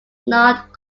not